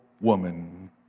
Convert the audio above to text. woman